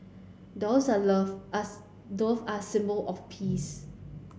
doves are love us dove are symbol of peace